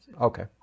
Okay